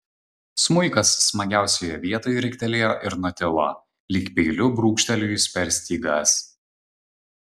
smuikas smagiausioje vietoj riktelėjo ir nutilo lyg peiliu brūkštelėjus per stygas